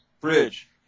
bridge